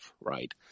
Right